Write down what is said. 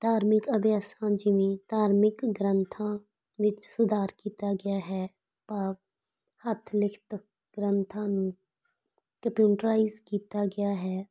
ਧਾਰਮਿਕ ਅਭਿਆਸਾਂ ਜਿਵੇਂ ਧਾਰਮਿਕ ਗ੍ਰੰਥਾਂ ਵਿੱਚ ਸੁਧਾਰ ਕੀਤਾ ਗਿਆ ਹੈ ਭਾਵ ਹੱਥ ਲਿਖਤ ਗ੍ਰੰਥਾਂ ਨੂੰ ਕੰਪਿਊਟਰਾਈਜ਼ ਕੀਤਾ ਗਿਆ ਹੈ